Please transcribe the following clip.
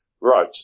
right